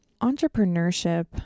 Entrepreneurship